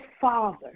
Father